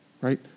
right